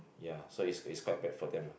ya so it's it's quite bad for them ah